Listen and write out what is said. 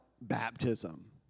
baptism